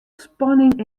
spanning